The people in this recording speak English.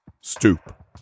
Stoop